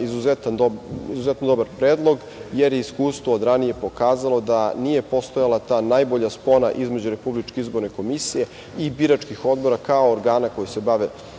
izuzetno dobar predlog, jer je iskustvo od ranije pokazalo da nije postojala ta najbolja spona između RIK i biračkih odbora kao organa koji se bave